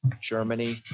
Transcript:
germany